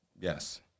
Yes